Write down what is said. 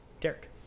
Derek